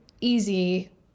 easy